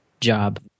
job